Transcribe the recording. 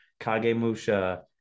Kagemusha